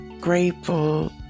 grateful